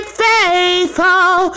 faithful